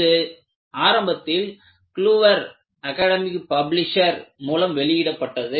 இது ஆரம்பத்தில் Kluwer academic publisher மூலம் வெளியிடப்பட்டது